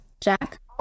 Jack